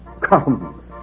Come